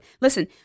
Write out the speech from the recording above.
listen